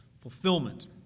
fulfillment